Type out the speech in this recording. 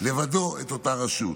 לבדו את אותה רשות